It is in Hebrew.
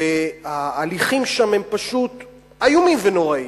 וההליכים שם הם פשוט איומים ונוראים.